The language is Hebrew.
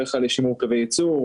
רוב התקציב הולך לשימור קווי ייצור,